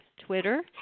Twitter